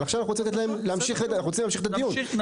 אבל עכשיו אנחנו רוצים להמשיך לתת להם,